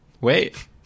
Wait